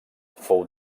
fou